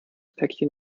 päckchen